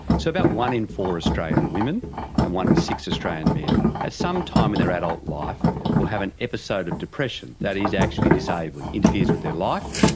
so about one in four australian women and one in six australian men at some time in their adult life will have an episode of depression that is actually disabling, interferes with their life,